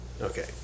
Okay